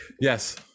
Yes